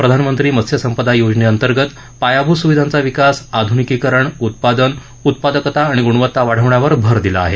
प्रधानमंत्री मत्स्य संपदा योजनेअंतर्गत पायाभूत सुविधांचा विकास आधुनिकीकरण उत्पादन उत्पादकता आणि गुणवत्ता वाढवण्यावर भर दिला आहे